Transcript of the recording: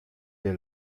wir